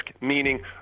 meaning